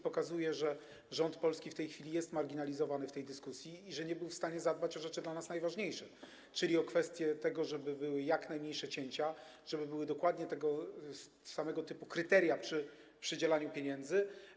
Pokazuje, że polski rząd w tej chwili jest marginalizowany w dyskusji i że nie był w stanie zadbać o rzeczy dla nas najważniejsze, czyli o kwestie tego, żeby były jak najmniejsze cięcia, żeby były dokładnie tego samego typu kryteria przy przydzielaniu pieniędzy.